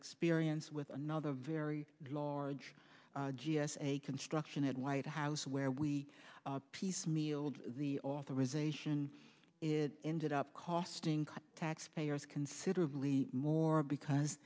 experience with another very large g s a construction at white house where we piecemealed the authorisation it ended up costing taxpayers considerably more because